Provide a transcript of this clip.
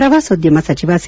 ಪ್ರವಾಸೋದ್ಯಮ ಸಚಿವ ಸಿ